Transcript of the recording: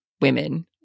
women